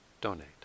donate